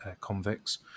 convicts